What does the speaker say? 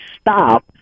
stop